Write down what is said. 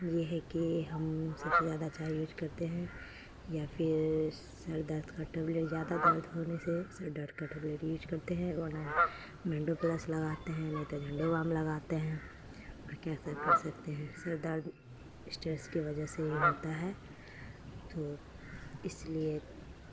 یہ ہے کہ ہم سب سے زیادہ چائے یوز کرتے ہیں یا پھر سر درد کا ٹبلیٹ زیادہ درد ہونے سے سر درد کا ٹبلیٹ یوز کرتے ہیں ورنہ مینڈو پلس لگاتے ہیں نہیں تو جھنڈو بام لگاتے ہیں اور کیا سر کر سکتے ہیں سر درد اسٹیریس کی وجہ سے ہی ہوتا ہے تو اس لیے